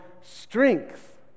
strength